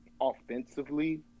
offensively